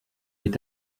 est